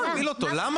למה?